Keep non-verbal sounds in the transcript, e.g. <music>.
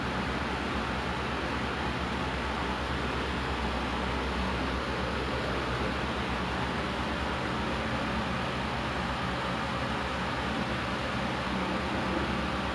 like mm oh my god I'm gonna cry <laughs> like err I incorporated like things that remind me of him like there's this biscuit lah like he always like offered me